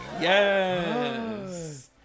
Yes